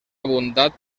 abundant